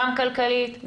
גם כלכלית,